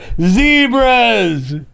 zebras